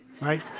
right